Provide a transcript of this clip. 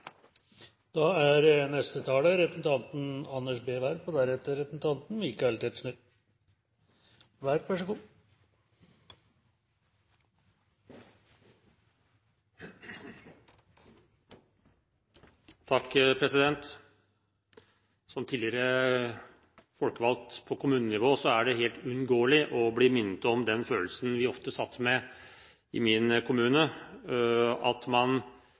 Som tidligere folkevalgt på kommunenivå er det helt uunngåelig å bli minnet om den følelsen vi ofte satt med i min kommune, at når man